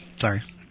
Sorry